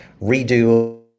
redo